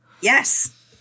Yes